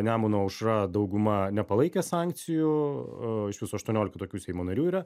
nemuno aušra dauguma nepalaikė sankcijų iš viso aštuoniolika tokių seimo narių yra